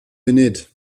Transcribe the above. funud